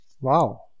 Wow